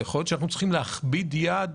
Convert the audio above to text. יכול להיות שאנחנו צריכים להכביד יד